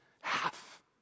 half